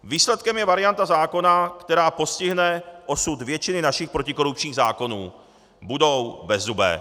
Výsledkem je varianta zákona, která postihne osud většiny našich protikorupčních zákonů budou bezzubé.